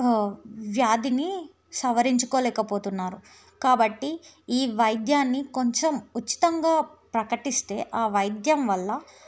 వ్యాధిని సవరించుకోలేకపోతున్నారు కాబట్టి ఈ వైద్యాన్ని కొంచెం ఉచితంగా ప్రకటిస్తే ఆ వైద్యం వల్ల